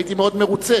הייתי מאוד מרוצה.